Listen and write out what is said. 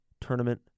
tournament